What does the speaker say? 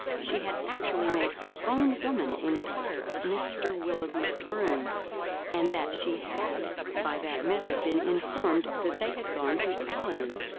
she had actually made her own woman enquire of mr. willoughby's groom and that she had by that method been informed that they had gone to allenham,